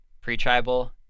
pre-tribal